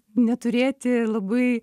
neturėti labai